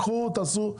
קחו תעשו,